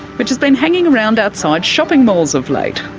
which has been hanging around outside shopping malls of late,